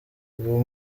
ubu